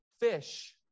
fish